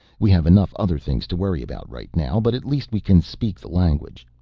we have enough other things to worry about right now, but at least we can speak the language.